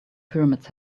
pyramids